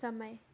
समय